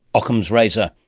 ockham's razor.